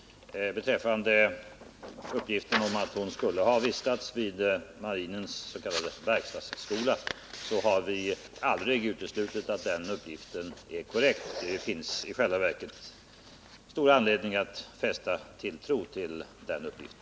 Vi har aldrig uteslutit att uppgiften att hon skulle ha vistats vid marinens verkstadsskola är korrekt. Det finns i själva verket stor anledning att fästa tilltro till den uppgiften.